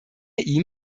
ihm